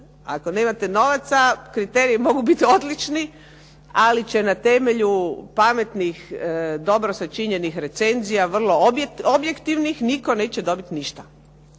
Ako nemate novaca, kriteriji mogu biti odlični, ali će na temelju pametnih, dobro sačinjenih recenzija vrlo objektivnih nitko neće dobiti ništa.